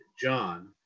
John